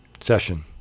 session